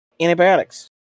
Antibiotics